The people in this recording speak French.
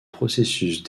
processus